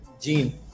gene